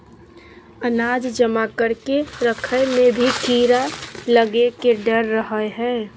अनाज जमा करके रखय मे भी कीड़ा लगय के डर रहय हय